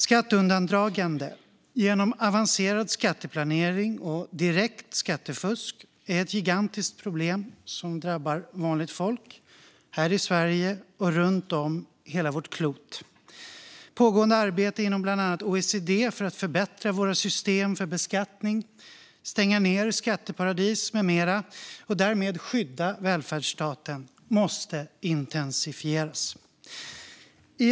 Skatteundandragande genom avancerad skatteplanering och direkt skattefusk är ett gigantiskt problem som drabbar vanligt folk här i Sverige och runt om på hela vårt klot. Pågående arbete inom bland annat OECD för att förbättra våra system för beskattning, stänga ned skatteparadis med mera och därmed skydda välfärdsstaten måste intensifieras. Herr talman!